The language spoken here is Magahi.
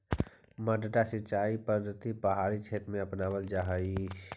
मड्डा सिंचाई पद्धति पहाड़ी क्षेत्र में अपनावल जा हइ